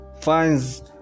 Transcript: finds